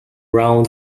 round